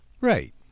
Right